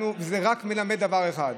זה רק מלמד דבר אחד,